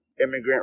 Immigrant